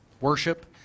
worship